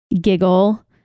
giggle